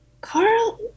Carl